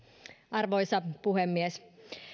arvoisa puhemies